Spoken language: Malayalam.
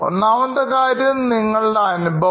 ഒന്നാമത്തെ കാര്യം നിങ്ങളുടെ അനുഭവം